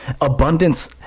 abundance